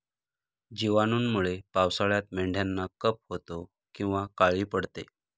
जिवाणूंमुळे पावसाळ्यात मेंढ्यांना कफ होतो किंवा काळी पडते